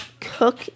cook